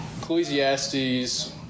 Ecclesiastes